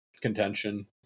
contention